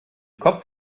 kopf